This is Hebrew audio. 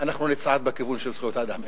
אנחנו נצעד בכיוון של זכויות האדם.